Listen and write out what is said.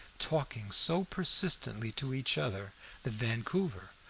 talking so persistently to each other that vancouver,